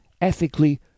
ethically